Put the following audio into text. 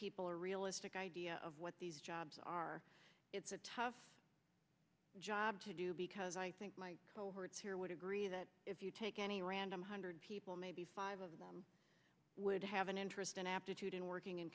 people a realistic idea of what these jobs are it's a tough job to do because i think my cohorts here would agree that if you take any random hundred people maybe five of them would have an interest in aptitude in working in